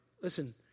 listen